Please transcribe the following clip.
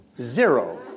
Zero